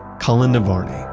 colin devarney,